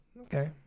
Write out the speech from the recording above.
Okay